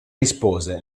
rispose